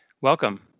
Welcome